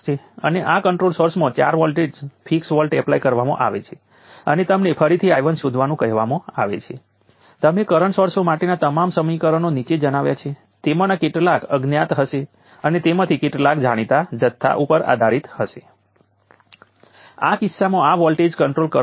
તેથી જો તમે એવું કરો છો કે તમે 12CVc2ની એનર્જી કેપેસિટરમાં ડીલીવર કરી શકો છો અને આ એનર્જી 12CVc2કેપેસિટરમાં સંગ્રહિત થશે કારણ કે જો તમે હવે તેને 0 ઉપર લઈ જશો જે મેં હમણાં જ તમને બતાવ્યું છે આ એનર્જી અહીં કેપેસિટરની એનર્જી છે